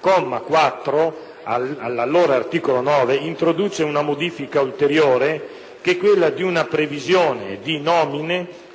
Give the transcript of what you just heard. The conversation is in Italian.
comma 4 dell'articolo 11 introduce una modifica ulteriore, che è quella di una previsione di nomine